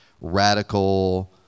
radical